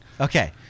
Okay